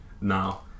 now